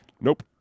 Nope